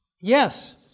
Yes